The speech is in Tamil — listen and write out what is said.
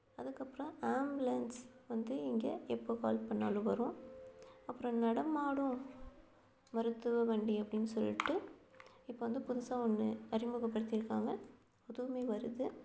அதுக்கப்புறம் ஆம்புலன்ஸ் வந்து இங்கே எப்போது கால் பண்ணாலும் வரும் அப்புறம் நடமாடும் மருத்துவ வண்டி அப்படின்னு சொல்லிட்டு இப்போது வந்து புதுசாக ஒன்று அறிமுகப்படுத்தியிருக்காங்க அதுவும் வருது